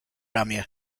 ramię